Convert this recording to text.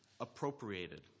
appropriated